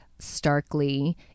starkly